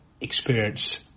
experience